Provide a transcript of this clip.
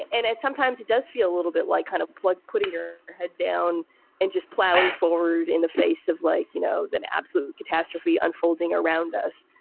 and and sometimes it does feel a little bit like kind of like putting your head down and just plowing forward in the face of, like, you know, an absolute catastrophe unfolding around us.